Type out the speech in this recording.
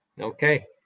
okay